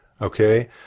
Okay